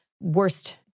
worst